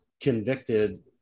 convicted